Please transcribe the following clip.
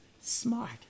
Smart